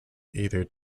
either